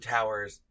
Towers